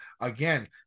again